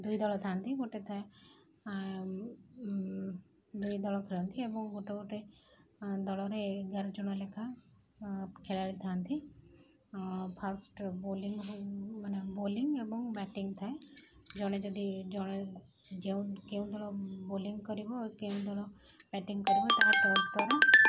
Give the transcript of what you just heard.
ଦୁଇ ଦଳ ଥାଆନ୍ତି ଗୋଟେ ଦୁଇ ଦଳ ଖେଳନ୍ତି ଏବଂ ଗୋଟେ ଗୋଟେ ଦଳରେ ଏଗାର ଜଣ ଲେଖା ଖେଳାଳି ଥାଆନ୍ତି ଫାଷ୍ଟ ବୋଲିଂ ମାନେ ବୋଲିଂ ଏବଂ ବ୍ୟାଟିଂ ଥାଏ ଜଣେ ଯଦି ଜଣେ ଯେଉଁ କେଉଁ ଦଳ ବୋଲିଂ କରିବ କେଉଁ ଦଳ ବ୍ୟାଟିଂ କରିବ ତାହା ପରେ